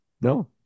No